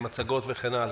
במצגות, וכן הלאה.